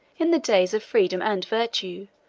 in the days of freedom and virtue,